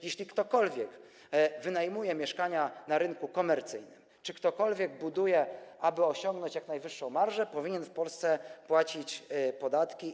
Jeśli ktokolwiek wynajmuje mieszkania na rynku komercyjnym czy ktokolwiek buduje, aby osiągnąć jak najwyższą marżę, powinien w Polsce płacić podatki.